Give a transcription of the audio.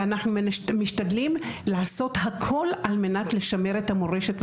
ואנחנו משתדלים לעשות הכל על מנת לשמר את המורשת,